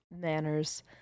manners